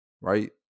right